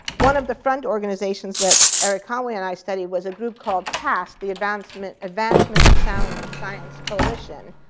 one of the front organizations that erik conway and i studied was a group called tassc, the advancement advancement of sound science coalition.